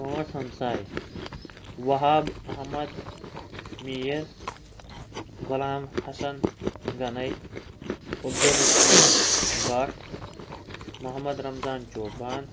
پانٛژھ ہمساے وہاب احمد میٖر غلام حسن غنے عبدُ الرشیٖد بٹ محمد رمضان چوپان